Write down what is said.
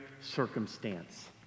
circumstance